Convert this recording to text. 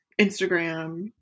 Instagram